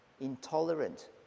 intolerant